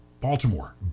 Baltimore